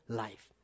life